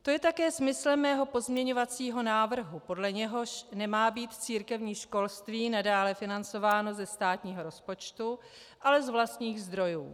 To je také smyslem mého pozměňovacího návrhu, podle něhož nemá být církevní školství nadále financováno ze státního rozpočtu, ale z vlastních zdrojů.